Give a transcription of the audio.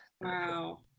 Wow